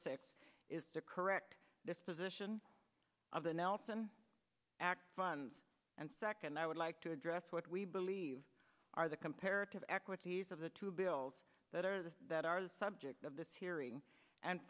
six is the correct disposition of the nelson funds and second i would like to address what we believe are the comparative equities of the two bills that are the that are the subject of this hearing and